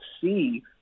see